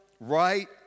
right